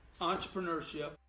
entrepreneurship